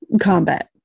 combat